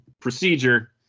procedure